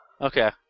Okay